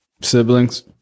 Siblings